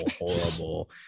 horrible